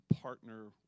partner